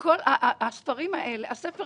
אבל זו לא בהכרח הנחת העבודה של המשתמשים מהציבור